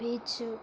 beach